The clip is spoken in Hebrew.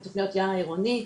ותוכניות יער עירוני,